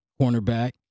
cornerback